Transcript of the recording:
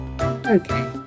Okay